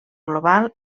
global